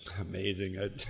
Amazing